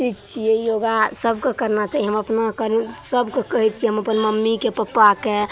चीज छिए योगा सभकेँ करना चाही हम अपनाकन सभकेँ कहै छिए हम अपन मम्मीकेँ पप्पाकेँ